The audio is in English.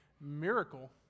miracle